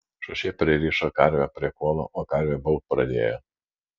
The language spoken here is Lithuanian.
šošė pririšo karvę prie kuolo o karvė baubt pradėjo